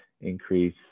increase